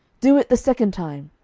do it the second time.